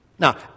Now